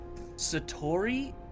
Satori